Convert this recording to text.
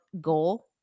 goal